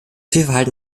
fehlverhalten